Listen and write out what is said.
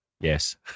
Yes